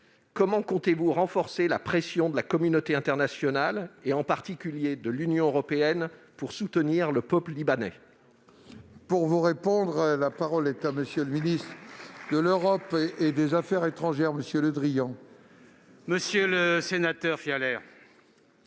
comment comptez-vous renforcer la pression de la communauté internationale, en particulier de l'Union européenne, pour soutenir le peuple libanais ?